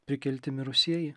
prikelti mirusieji